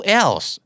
else